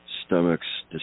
stomachs